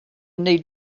need